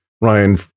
Ryan